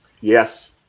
Yes